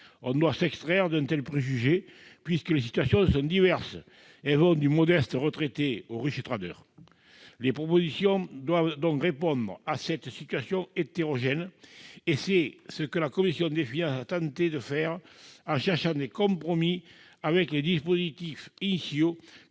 Il faut s'extraire d'un tel préjugé puisque les situations sont diverses, allant du modeste retraité au riche. Les propositions doivent répondre à cette hétérogénéité, et c'est ce que la commission des finances a tenté de faire en cherchant des compromis avec les dispositifs initiaux,